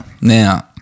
Now